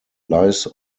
lies